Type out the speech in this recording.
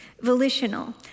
Volitional